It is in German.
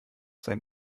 sein